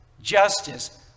justice